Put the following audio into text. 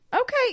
okay